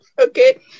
Okay